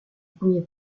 premier